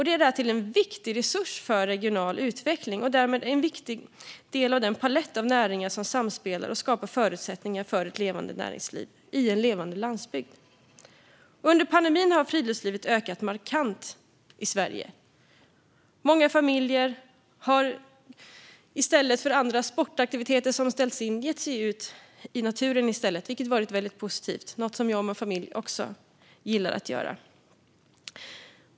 Det är därtill en viktig resurs för regional utveckling och därmed en viktig del av den palett av näringar som samspelar och skapar förutsättningar för ett levande näringsliv på en levande landsbygd. Under pandemin har friluftslivet ökat markant i Sverige. Många familjer har i stället för andra sportaktiviteter, som ställts in, gett sig ut i naturen i stället, vilket varit väldigt positivt. Det är något som jag med familj också gillar att göra.